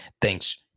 Thanks